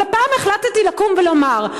אבל הפעם החלטתי לקום ולומר: